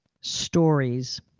stories